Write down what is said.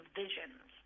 visions